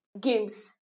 games